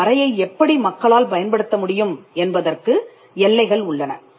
ஒரு அறையை எப்படி மக்களால் பயன்படுத்த முடியும் என்பதற்கு எல்லைகள் உள்ளன